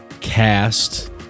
cast